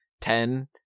ten